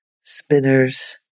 spinners